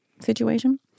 situation